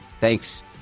Thanks